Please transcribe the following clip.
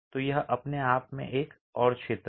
तो यह अपने आप में एक और क्षेत्र है